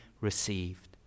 received